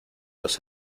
los